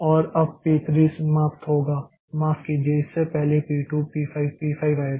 और अब P 3 समाप्त होगा माफ़ कीजिए इससे पहले P 2 P 5 P 5 आएगा